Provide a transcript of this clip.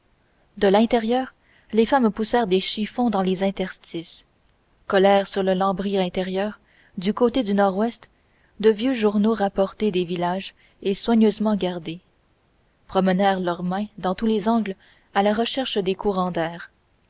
de l'intérieur les femmes poussèrent des chiffons dans les interstices collèrent sur le lambris intérieur du côté du nord-ouest de vieux journaux rapportés des villages et soigneusement gardés promenèrent leurs mains dans tous les angles à la recherche des courants d'air